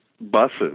buses